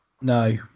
No